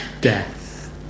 Death